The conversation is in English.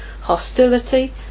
hostility